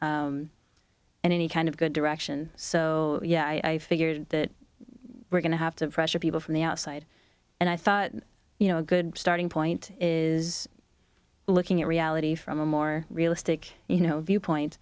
and any kind of good direction so yeah i figured that we're going to have to pressure people from the outside and i thought you know a good starting point is looking at reality from a more realistic you know viewpoint